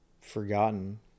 forgotten